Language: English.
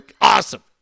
Awesome